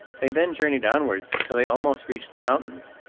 they then journeyed onwards till they almost reached the mountains.